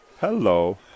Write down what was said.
Hello